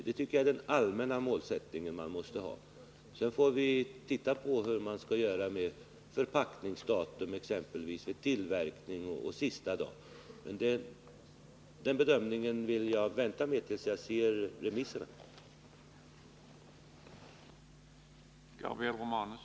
Det är den allmänna målsättning som man måste ha. Sedan får vi se hur vi skall göra med exempelvis förpackningsdatum, tillverkning och sista förbrukningsdag. Den bedömningen vill jag vänta med tills jag har sett remissvaren.